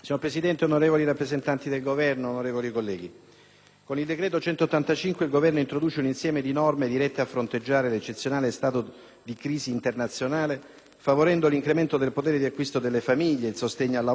con il decreto-legge n. 185 il Governo introduce un insieme di norme dirette a fronteggiare l'eccezionale situazione di crisi internazionale, favorendo l'incremento del potere di acquisto delle famiglie, il sostegno al lavoro, all'occupazione ed alla competitività del Paese.